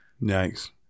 nice